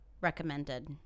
recommended